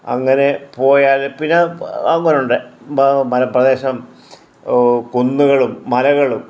അങ്ങനെ പോയാല് പിന്നെ അങ്ങനെ ഉണ്ട് മലപ്രദേശം കുന്നുകളും മലകളും